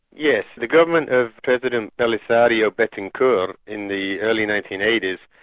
yes, the government of president belisario betancourt, in the early nineteen eighty s,